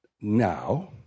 now